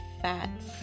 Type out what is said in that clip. fats